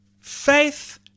Faith